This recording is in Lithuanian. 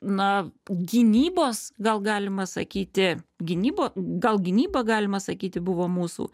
na gynybos gal galima sakyti gynybo gal gynyba galima sakyti buvo mūsų